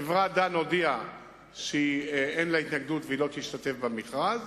חברת "דן" הודיעה שאין לה התנגדות והיא לא תשתתף במכרז,